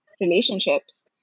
relationships